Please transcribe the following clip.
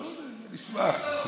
לא יודע, אני אשמח.